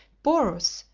porus,